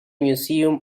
museum